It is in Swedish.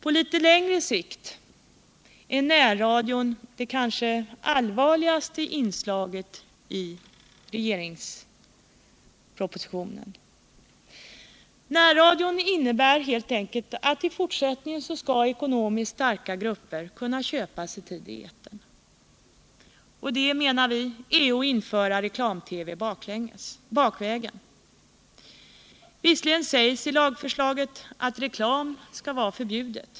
På litet längre sikt är närradion det kanske allvarligaste inslaget i regeringspropositionen. Närradion innebär helt enkelt att ekonomiskt starka grupper i fortsättningen skall kunna köpa sig tid i etern. Det menar vi är att införa reklam-TV bakvägen. Visserligen sägs i lagförslaget att reklam skall vara förbjudet.